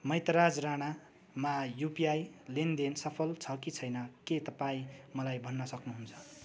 मैतराज राणामा युपिआई लेनदेन सफल छ कि छैन के तपाईँ मलाई भन्न सक्नुहुन्छ